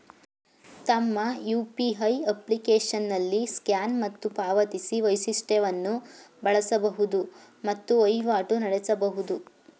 ತಮ್ಮ ಯು.ಪಿ.ಐ ಅಪ್ಲಿಕೇಶನ್ನಲ್ಲಿ ಸ್ಕ್ಯಾನ್ ಮತ್ತು ಪಾವತಿಸಿ ವೈಶಿಷ್ಟವನ್ನು ಬಳಸಬಹುದು ಮತ್ತು ವಹಿವಾಟು ನಡೆಸಬಹುದು